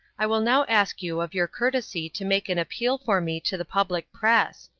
i will now ask you of your courtesy to make an appeal for me to the public press.